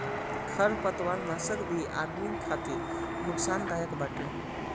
खरपतवारनाशक भी आदमिन खातिर नुकसानदायक बाटे